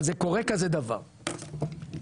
אבל ז קורה כזה דבר, מה,